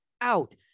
out